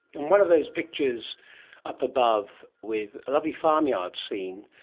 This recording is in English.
and one of those pictures up above with a lovely farmyard scene,